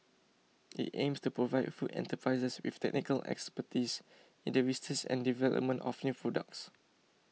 it aims to provide food enterprises with technical expertise in the research and development of new products